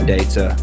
Data